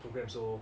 program grab so